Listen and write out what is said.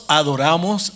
adoramos